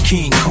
King